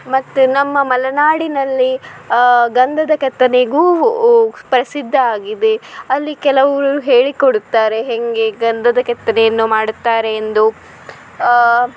ಮತ್ತು ನಮ್ಮ ಮಲೆನಾಡಿನಲ್ಲಿ ಗಂಧದ ಕೆತ್ತನೆಗೂ ಪ್ರಸಿದ್ಧ ಆಗಿದೆ ಅಲ್ಲಿ ಕೆಲವರು ಹೇಳಿ ಕೊಡುತ್ತಾರೆ ಹೇಗೆ ಗಂಧದ ಕೆತ್ತನೆಯನ್ನು ಮಾಡುತ್ತಾರೆ ಎಂದು